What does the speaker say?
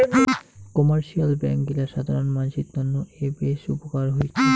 commercial bank গিলা সাধারণ মানসির তন্ন এ বেশ উপকার হৈছে